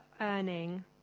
earning